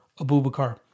Abubakar